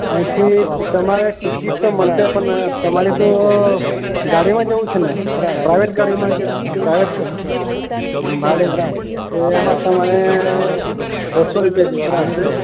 અહીંથી તમારે ટિકિટ તો મળશે પણ તમારે તો ગાડીમાં જવું છે ને પ્રાઇવેટ ગાડીમાં પ્રાઇવેટ ગા ભાડે હવે એમાં તમને બસો રૂપિયા જેવા થશે